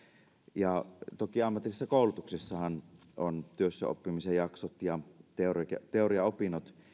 ja toki ammatillisessa koulutuksessahan on työssäoppimisen jaksot ja teoriaopinnot teoriaopinnot